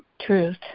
truth